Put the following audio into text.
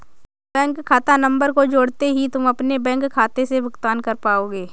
bank खाता number को जोड़ते ही तुम अपने बैंक खाते से भुगतान कर पाओगे